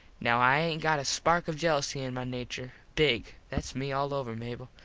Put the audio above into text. now i aint got a spark of jelusy in my nature. big. thats me all over, mable.